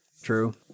True